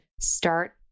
start